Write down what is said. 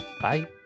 bye